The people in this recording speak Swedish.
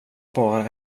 bara